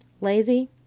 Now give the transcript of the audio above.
Lazy